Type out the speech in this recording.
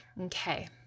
Okay